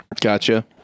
Gotcha